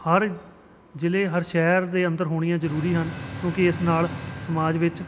ਹਰ ਜਿਲ੍ਹੇ ਹਰ ਸ਼ਹਿਰ ਦੇ ਅੰਦਰ ਹੋਣੀਆਂ ਜ਼ਰੂਰੀ ਹਨ ਕਿਉਂਕਿ ਇਸ ਨਾਲ ਸਮਾਜ ਵਿੱਚ